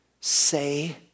say